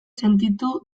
sentitu